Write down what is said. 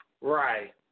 Right